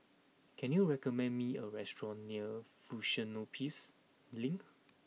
can you recommend me a restaurant near Fusionopolis Link